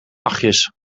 achtjes